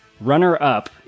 runner-up